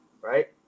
right